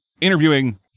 interviewing